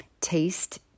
Taste